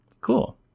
Cool